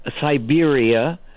Siberia